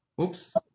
oops